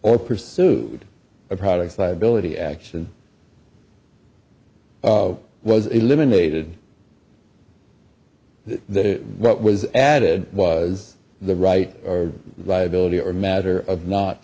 or pursued a products liability action was eliminated that what was added was the right or liability or matter of not